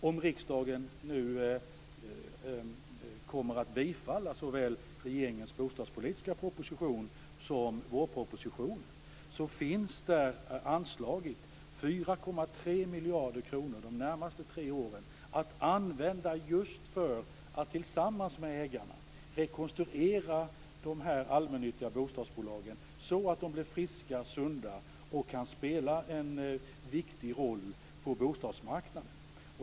Om riksdagen nu bifaller såväl regeringens bostadspolitiska proposition som vårpropositionen kommer det ett anslag på 4,3 miljarder kronor de närmaste tre åren som skall användas just för att tillsammans med ägarna rekonstruera de allmännyttiga bostadsbolagen så att de blir friska och sunda och kan spela en viktig roll på bostadsmarknaden.